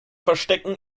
verstecken